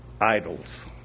idols